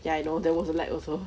ya I know there was a lag also